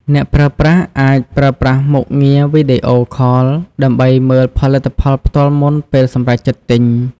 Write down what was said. អ្នកប្រើប្រាស់អាចប្រើប្រាស់មុខងារវីដេអូខល ដើម្បីមើលផលិតផលផ្ទាល់មុនពេលសម្រេចចិត្តទិញ។